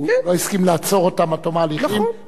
הוא לא הסכים לעצור אותם עד תום ההליכים,